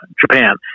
Japan